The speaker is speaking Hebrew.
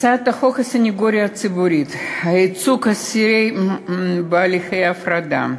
הצעת חוק הסנגוריה הציבורית (ייצוג אסירים בהליכי הפרדה),